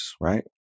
right